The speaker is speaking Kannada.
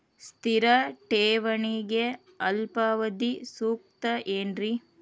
ಸ್ಥಿರ ಠೇವಣಿಗೆ ಅಲ್ಪಾವಧಿ ಸೂಕ್ತ ಏನ್ರಿ?